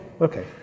okay